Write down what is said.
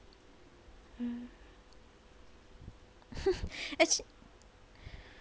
actu~